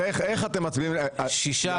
שישה.